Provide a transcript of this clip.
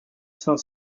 cinq